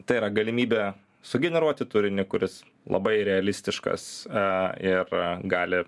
tai yra galimybė sugeneruoti turinį kuris labai realistiškas a ir a gali